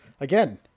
again